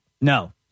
no